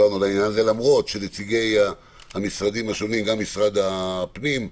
למרות שנציגי המשרדים השונים, גם משרד הפנים,